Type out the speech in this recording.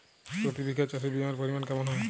প্রতি বিঘা চাষে বিমার পরিমান কেমন হয়?